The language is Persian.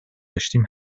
داشتیم